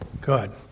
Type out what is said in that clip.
Good